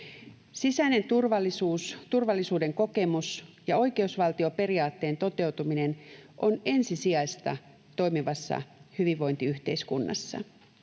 Sisäinen turvallisuus, turvallisuuden kokemus ja oikeusvaltioperiaatteen toteutuminen on ensisijaista toimivassa hyvinvointiyhteiskunnassa.